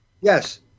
Yes